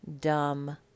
dumb